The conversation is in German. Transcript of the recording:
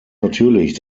natürlich